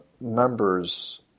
members